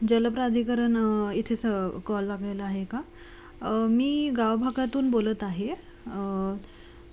जलप्राधिकरण इथे स कॉल लागलेला आहे का मी गावभागातून बोलत आहे